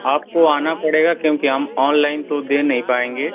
आपको आना पड़ेगा क्योंकि हम ऑनलाइन तो दे नहीं पाएँगे